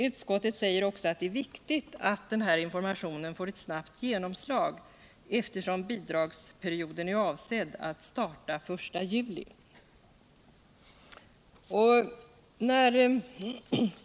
Utskottet säger också att det är viktigt att informationen får ett snabbt genomslag, eftersom bidragsperioden är avsedd att starta den 1 juli.